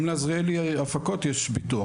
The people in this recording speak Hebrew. גם לעזריאלי הפקות יש ביטוח,